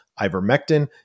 ivermectin